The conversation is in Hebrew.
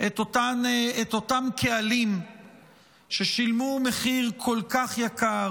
את אותם קהלים ששילמו מחיר כל כך יקר